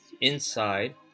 inside